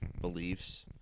beliefs